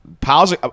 pals